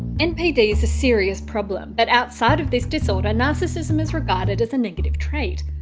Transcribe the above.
npd is a serious problem, but outside of this disorder narcissism is regarded as a negative trait.